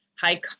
high